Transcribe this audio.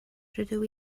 rydw